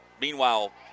Meanwhile